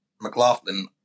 McLaughlin